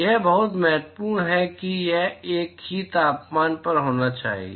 यह बहुत महत्वपूर्ण है कि यह एक ही तापमान पर होना चाहिए